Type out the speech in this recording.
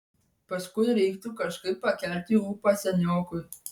paskui reiktų kažkaip pakelti ūpą seniokui